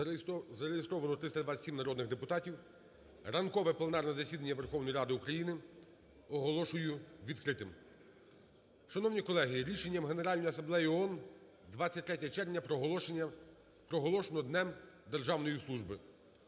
Зареєстровано 327 народних депутатів. Ранкове пленарне засідання Верховної Ради України оголошую відкритим. Шановні колеги! Рішенням Генеральної Асамблеї ООН 23 червня проголошено Днем державної служби.